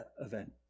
event